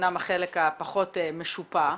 אמנם החלק הפחות משופע,